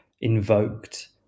invoked